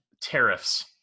tariffs